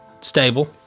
stable